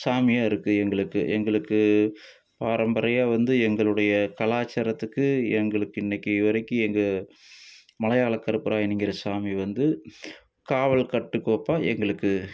சாமியாக இருக்குது எங்களுக்கு எங்களுக்கு பாரம்பரையா வந்து எங்களுடைய கலாச்சாரத்துக்கு எங்களுக்கு இன்றைக்கி வரைக்கும் எங்கள் மலையாள கருப்பராயன் என்கிற சாமி வந்து காவல் கட்டுக்கோப்பாக எங்களுக்கு